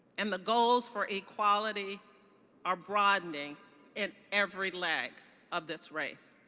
and the goals for equality are broadening in every leg of this race.